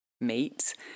meat